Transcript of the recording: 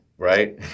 Right